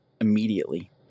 immediately